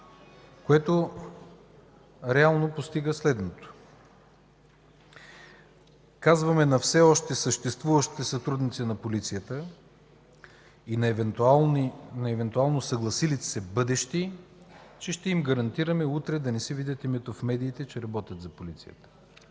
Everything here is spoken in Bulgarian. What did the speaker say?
което реално постига следното – казваме на все още съществуващите сътрудници на полицията и на евентуално съгласилите се бъдещи, че ще им гарантираме утре да не си видят името в медиите, че работят за полицията.